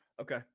okay